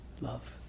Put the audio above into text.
love